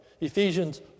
Ephesians